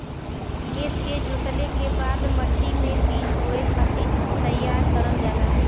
खेत के जोतले के बाद मट्टी मे बीज बोए खातिर तईयार करल जाला